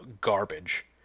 garbage